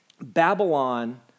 Babylon